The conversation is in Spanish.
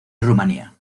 rumanía